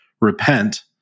Repent